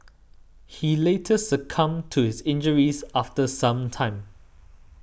he later succumbed to his injuries after some time